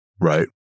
Right